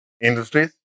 industries